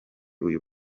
uyu